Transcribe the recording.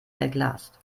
verglast